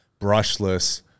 brushless